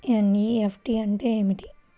NEFT అంటే ఏమిటీ?